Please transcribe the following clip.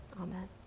Amen